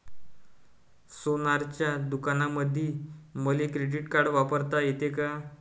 सोनाराच्या दुकानामंधीही मले क्रेडिट कार्ड वापरता येते का?